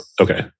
okay